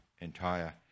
entire